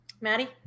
Maddie